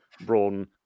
Braun